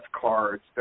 cards